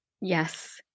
Yes